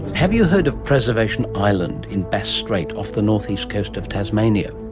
have you heard of preservation island in bass strait off the north-east coast of tasmania?